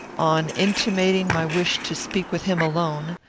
on intimating my wish to speak with him alone,